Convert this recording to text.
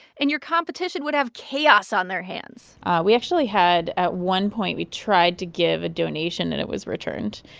and your competition would have chaos on their hands we actually had at one point, we tried to give a donation, and it was returned.